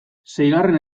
seigarren